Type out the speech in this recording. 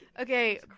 Okay